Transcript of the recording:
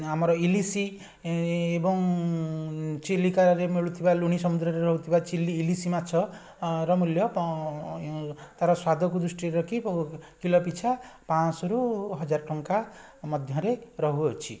ଆମର ଇଲିଶି ଏବଂ ଚିଲିକାରେ ମିଳୁଥିବା ଲୁଣି ସମୁଦ୍ରରେ ରହୁଥିବା ଚିଲି ଇଲିଶି ମାଛ ଅଁ ର ମୂଲ୍ୟ ଏଁ ତାର ସ୍ୱାଦକୁ ଦୃଷ୍ଟିରେ ରଖି ବହୁ କିଲୋ ପିଛା ପାଁଶହରୁ ହଜାରେ ଟଙ୍କା ମଧ୍ୟରେ ରହୁଅଛି